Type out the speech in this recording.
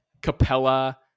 Capella